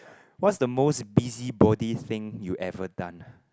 what's the most busybody thing you ever done